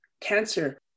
cancer